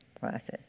process